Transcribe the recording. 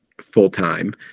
full-time